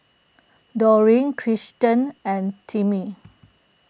Doreen Krysten and Timmie